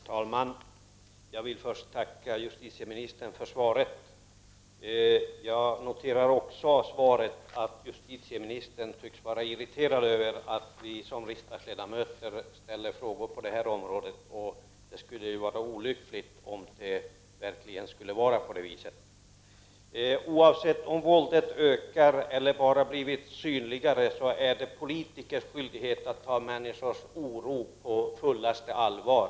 Herr talman! Jag vill först tacka justitieministern för svaret. Också jag noterar av svaret att justitieministern tycks vara irriterad över att vi som riksdagsledamöter ställer frågor på det här området. Det skulle vara olyckligt om det verkligen skulle vara på det viset. Oavsett om våldet ökar eller bara blivit synligare är det politikers skyldighet att ta människors oro på fullaste allvar.